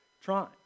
trying